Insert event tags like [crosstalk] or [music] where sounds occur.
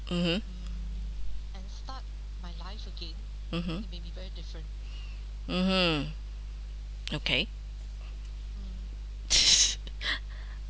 mmhmm mmhmm mmhmm okay [laughs]